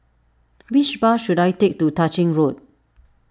which bus should I take to Tah Ching Road